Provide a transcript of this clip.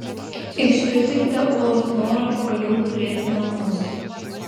išpildykite ūlos norą pagaliau turėti namus